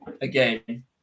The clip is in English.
again